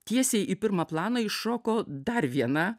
tiesiai į pirmą planą iššoko dar viena